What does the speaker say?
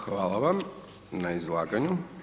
Hvala vam na izlaganju.